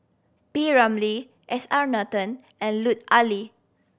P Ramlee S R Nathan and Lut Ali